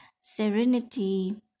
serenity